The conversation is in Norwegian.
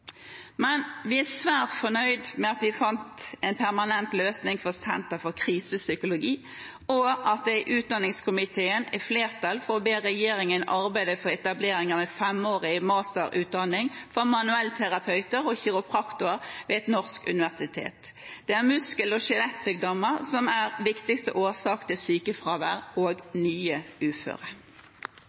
Men vi er svært fornøyd med at vi fant en permanent løsning for Senter for Krisepsykologi, og for at det i utdanningskomiteen er flertall for å be regjeringen arbeide for etablering av en femårig masterutdanning for manuellterapeuter og kiropraktorer ved et norsk universitet. Det er muskel- og skjelettsykdommer som er viktigste årsak til sykefravær og nye uføre.